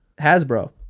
Hasbro